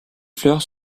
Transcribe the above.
fleurs